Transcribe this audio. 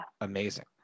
amazing